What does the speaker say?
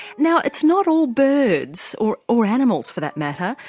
now it's not all birds or or animals for that matter,